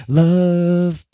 love